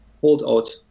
holdout